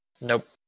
Nope